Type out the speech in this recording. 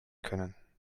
können